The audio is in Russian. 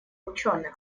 учёных